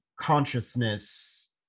consciousness